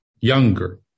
younger